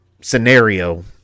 scenario